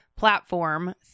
platform